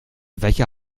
welcher